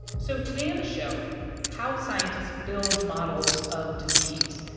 so today on the show how scientists build models of disease,